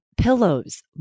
Pillows